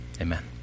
Amen